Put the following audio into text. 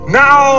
now